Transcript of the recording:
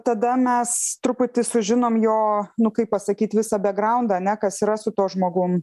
tada mes truputį sužinom jo nu kaip pasakyt visą bagraundą ane kas yra su tuo žmogum